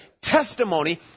testimony